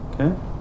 Okay